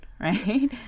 right